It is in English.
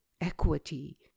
equity